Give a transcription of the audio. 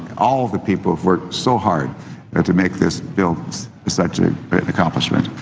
all of the people who've worked so hard to make this bill such a great accomplishment.